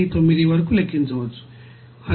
019 వరకు లెక్కించవచ్చు అది 3